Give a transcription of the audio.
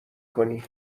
کنی